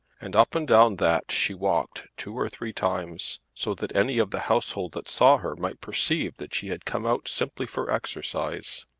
and up and down that she walked two or three times so that any of the household that saw her might perceive that she had come out simply for exercise.